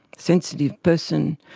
sensitive person,